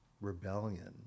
rebellion